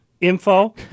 info